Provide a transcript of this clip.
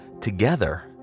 together